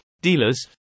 dealers